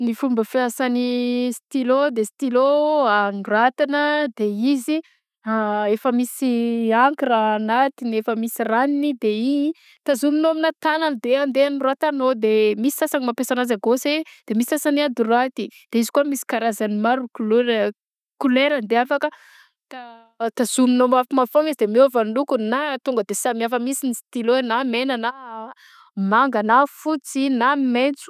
Fomba fiasan'ny stylo de, stylo agnoratana de izy a efa misy ankra agnatiny efa misy ranony de igny tazominao aminà tagnana de andeha agnoratanao de misy sasany mampiasa agnazy à gauche de misy sasany à droity de izy koa misy karazany maro ny kol- koleragny de afaka ta- tazominao mafimafy foagna izy de miova ny lokony na tonga de samihafa mihisiny ny stylo na mena na manga na fotsy na maitso.